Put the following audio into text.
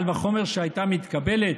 וקל וחומר שהייתה מתקבלת?